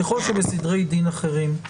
ככל שבסדרי דין אחרים,